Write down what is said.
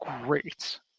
great